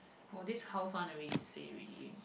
oh this house one already say already